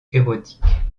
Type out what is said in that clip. érotiques